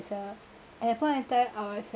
and that point of time I was